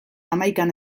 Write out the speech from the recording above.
hamaikan